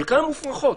חלקן מופרכות,